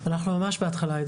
אנחנו ממש בהתחלה.